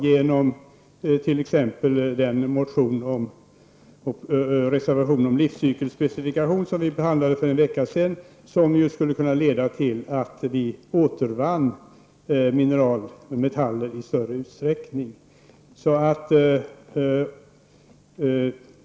Den motion och den reservation om livscykelspecifikation som behandlades för en vecka sedan skulle t.ex. kunna leda till en ökad återvinning av mineral och metall.